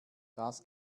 das